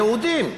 היהודים,